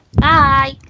Bye